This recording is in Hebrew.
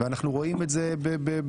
ואנחנו רואים את זה בתוך